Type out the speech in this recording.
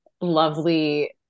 lovely